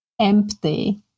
empty